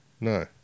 No